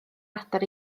adar